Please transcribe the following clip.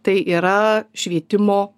tai yra švietimo